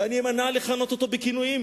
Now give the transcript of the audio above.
ואני אמנע מלכנות אותו בכינויים.